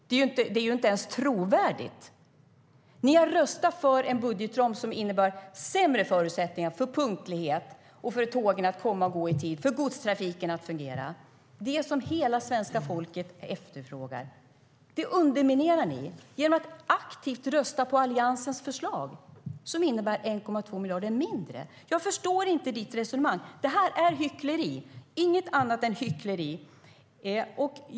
Det är inte ens trovärdigt. Jag förstår inte ditt resonemang. Det här är hyckleri, inget annat än hyckleri.